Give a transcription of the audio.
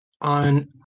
on